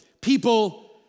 People